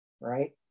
right